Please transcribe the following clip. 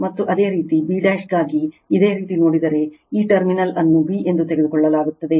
ಮತ್ತು ಅದೇ ರೀತಿ b ಗಾಗಿ ಇದೇ ರೀತಿ ನೋಡಿದರೆ ಈ ಟರ್ಮಿನಲ್ ಅನ್ನು b ಎಂದು ತೆಗೆದುಕೊಳ್ಳಲಾಗುತ್ತದೆ